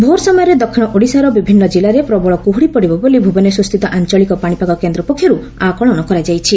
ଭୋର୍ ସମୟରେ ଦକ୍ଷିଣ ଓଡ଼ିଶାର ବିଭିନ୍ନ ଜିଲ୍ଲାରେ ପ୍ରବଳ କୁହୁଡ଼ି ପଡ଼ିବ ବୋଲି ଭୁବନେଶ୍ୱରସ୍ଥିତ ଆଞ୍ଚଳିକ ପାଶିପାଗ କେନ୍ଦ୍ର ପକ୍ଷରୁ ଆକଳନ କରାଯାଇଛି